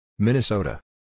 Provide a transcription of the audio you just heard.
Minnesota